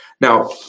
Now